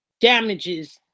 damages